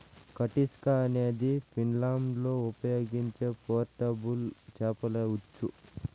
కటిస్కా అనేది ఫిన్లాండ్లో ఉపయోగించే పోర్టబుల్ చేపల ఉచ్చు